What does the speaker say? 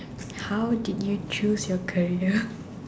how did you choose your career